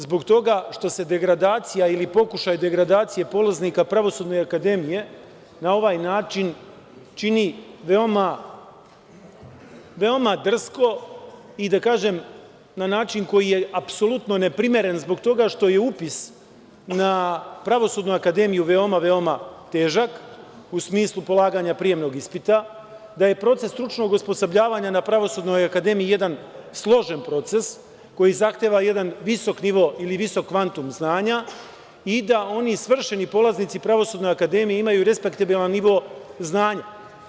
Zbog toga što se degradacija ili pokušaj degradacije polaznika Pravosudne akademije na ovaj način čini veoma drsko i, da kažem, na način koji je apsolutno neprimeren zbog toga što je upis na Pravosudnu akademiju veoma, veoma težak, u smislu polaganja prijemnog ispita, da je proces stručnog osposobljavanja na Pravosudnoj akademiji jedan složen proces koji zahteva jedan visok nivo ili visok kvantum znanja i da oni svršeni polaznici Pravosudne akademije imaju respektabilan nivo znanja.